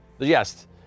Yes